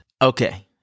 Okay